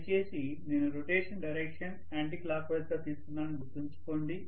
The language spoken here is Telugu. దయచేసి నేను రొటేషన్ డైరెక్షన్ యాంటీ క్లాక్వైజ్ గా తీసుకున్నానని గుర్తుంచుకోండి